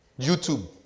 YouTube